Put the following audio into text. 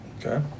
Okay